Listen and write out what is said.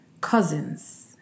cousins